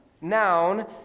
noun